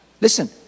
listen